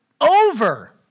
over